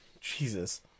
Jesus